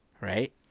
Right